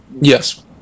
Yes